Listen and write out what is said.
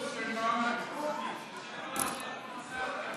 2) (קבלת תרומות), התשע"ח 2018, לוועדת החינוך,